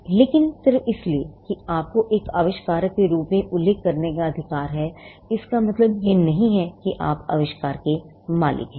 लेकिन सिर्फ इसलिए कि आपको एक आविष्कारक के रूप में उल्लेख करने का अधिकार है इसका मतलब यह नहीं है कि आप आविष्कार के मालिक हैं